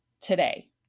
today